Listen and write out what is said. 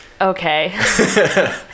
Okay